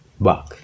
back